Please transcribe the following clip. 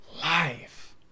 life